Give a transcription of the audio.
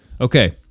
Okay